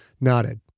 nodded